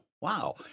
wow